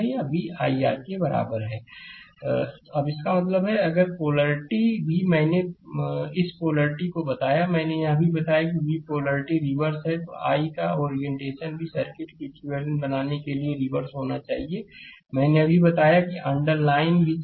slide समय देखें 0713 अब इसका मतलब है अगर कि पोलैरिटी भी मैंने इस पोलैरिटी को बताया मैंने यह भी बताया कि यदि v की पोलैरिटी रिवर्स है तो i का ओरियंटेशन भी सर्किट को इक्विवेलेंट बनाने के लिए रिवर्स होना चाहिए मैंने अभी बताया अंडर लाइन भी किया